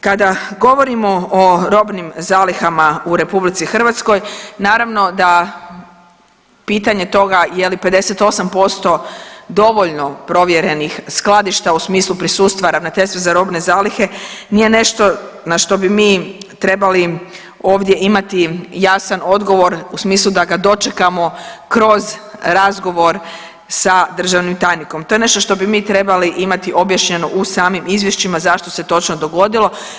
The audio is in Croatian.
Kad govorimo o robnim zalihama u RH naravno da pitanje toga je li 58% dovoljno provjerenih skladišta u smislu prisustva ravnateljstva za robne zalihe nije nešto na što bi mi trebali ovdje imati jasan odgovor u smislu da ga dočekamo kroz razgovor sa državnim tajnikom, to je nešto što bi mi trebali imati objašnjeno u samim izvješćima zašto se točno dogodilo.